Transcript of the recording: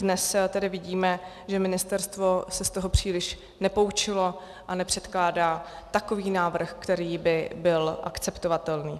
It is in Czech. Dnes tedy vidíme, že ministerstvo se z toho příliš nepoučilo a nepředkládá takový návrh, který by byl akceptovatelný.